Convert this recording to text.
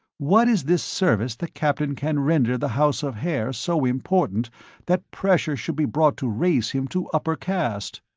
what is this service the captain can render the house of haer so important that pressure should be brought to raise him to upper caste?